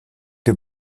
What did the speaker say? dem